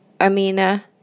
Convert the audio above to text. Amina